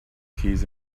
keys